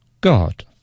God